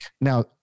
now